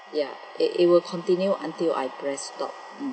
ya it it will continue until I press stop hmm